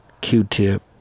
Q-Tip